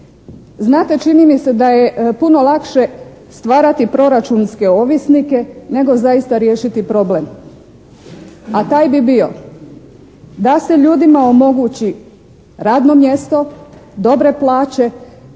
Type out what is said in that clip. Znate, čini mi se da je puno lakše stvarati proračunske ovisnike nego zaista riješiti problem, a taj bi bio da se ljudima omogući radno mjesto, dobre plaće,